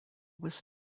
was